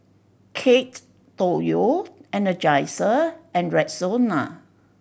Kate Tokyo Energizer and Rexona